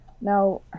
Now